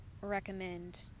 recommend